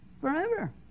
forever